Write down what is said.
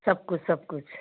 सब कुछ सब कुछ